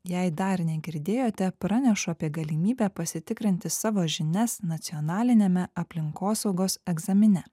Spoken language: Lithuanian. jei dar negirdėjote pranešu apie galimybę pasitikrinti savo žinias nacionaliniame aplinkosaugos egzamine